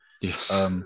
Yes